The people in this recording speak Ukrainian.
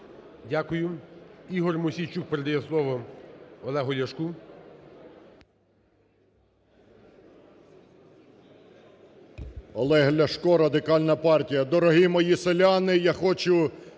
Дякую. Ігор Мосійчук передає слово Олегу Ляшку.